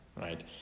right